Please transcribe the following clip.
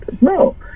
No